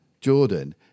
Jordan